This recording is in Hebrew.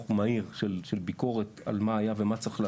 מהיר של ביקורת על מה היה ומה שצריך לעשות,